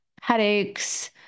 headaches